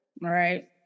Right